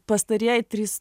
pastarieji trys